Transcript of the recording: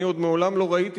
אני עוד מעולם לא ראיתי